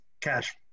cash